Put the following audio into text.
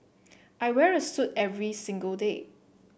I wear a suit every single day